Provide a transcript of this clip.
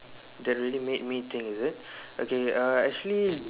that really made me think is it okay err actually